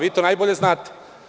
Vi to najbolje znate.